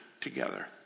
together